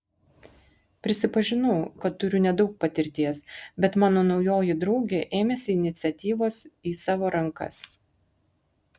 prisipažinau kad turiu nedaug patirties bet mano naujoji draugė ėmėsi iniciatyvos į savo rankas